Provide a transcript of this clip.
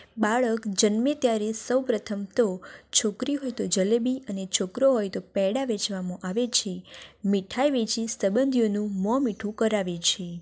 બાળક જન્મે ત્યારે સૌ પ્રથમ તો છોકરી હોય તો જલેબી અને છોકરો હોય તો પેંડા વેચવામાં આવે છે મીઠાઈ વેચી સબંધીઓનું મોં મીઠું કરાવે છે